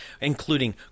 including